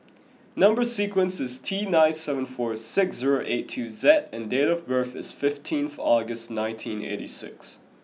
number sequence is T nine seven four six zero eight two Z and date of birth is fifteenth August nineteen eighty six